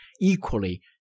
equally